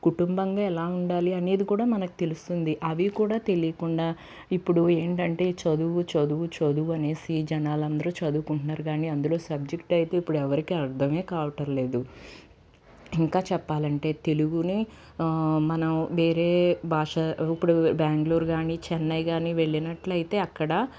కుటుంబంగా ఎలా ఉండాలి అనేది కూడా మనకు తెలుస్తుంది అవి కూడా తెలియకుండా ఇప్పుడు ఏంటంటే చదువు చదువు చదువు అనేసి జనాలు అందరూ చదువుకుంటున్నారు కానీ అందులో సబ్జెక్టు అయితే ఇప్పుడు ఎవరికి అర్థమే కావటం లేదు ఇంకా చెప్పాలంటే తెలుగుని మనం వేరే భాష ఇప్పుడు బ్యాంగ్లూర్ కాని చెన్నై కాని వెళ్ళినట్లయితే అక్కడ